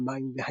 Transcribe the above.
המים והים.